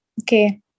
Okay